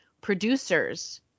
producers